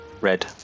Red